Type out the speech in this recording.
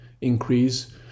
increase